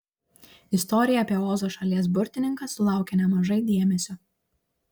istorija apie ozo šalies burtininką sulaukia nemažai dėmesio